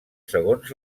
segons